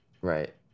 right